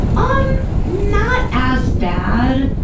um not as bad,